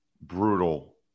brutal